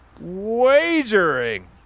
wagering